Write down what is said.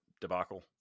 debacle